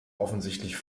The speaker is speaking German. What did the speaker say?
offensichtlich